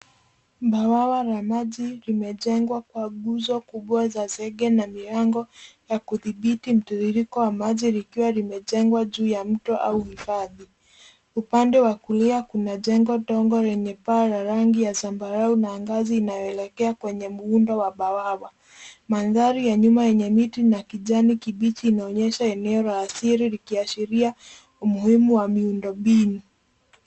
Bawawa la maji limejengwa kwa nguzo kubwa za zege na milango ya kudhibiti mtiririko wa maji likiwa limejengwa juu ya mto au hifadhi. Upande wa kulia kunajengwa dongo lenye paa ya rangi ya zambarau na ngazi inayoelekea kwenye muundo wa bawawa. Mandhari ya nyuma yenye mti na kijani kibichi inaonyesha eneo ya asili ikiashiria umuhimu wa miundo mbinu.